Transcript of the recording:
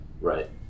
Right